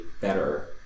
better